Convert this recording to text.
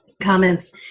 comments